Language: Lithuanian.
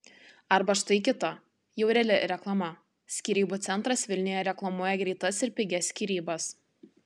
arba štai kita jau reali reklama skyrybų centras vilniuje reklamuoja greitas ir pigias skyrybas